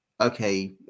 Okay